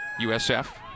USF